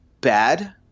bad